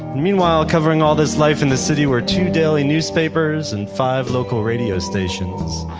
meanwhile, covering all this life in the city were two daily newspapers and five local radio stations,